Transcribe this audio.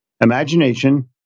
imagination